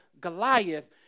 Goliath